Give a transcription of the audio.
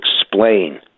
explain